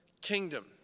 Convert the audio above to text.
kingdom